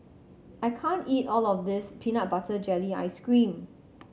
I can't eat all of this peanut butter jelly ice cream